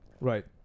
Right